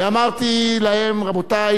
ואמרתי להם: רבותי,